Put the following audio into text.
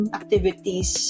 activities